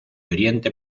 oriente